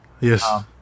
Yes